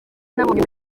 nabonye